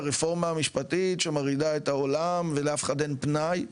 הרפורמה המשפטית שמרעידה את העולם ולאף אחד אין פנאי,